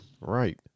Right